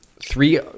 Three